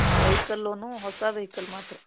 vehicle loan ಹೊಸ vehicle ಮಾತ್ರ